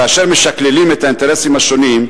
כאשר משקללים את האינטרסים השונים,